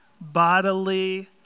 Bodily